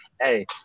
Hey